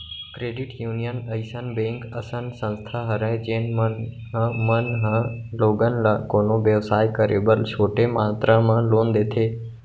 credit union अइसन bank असन संस्था हरय जेन मन ह मन ह लोगन ल कोनो बेवसाय करे बर छोटे मातरा म लोन देथे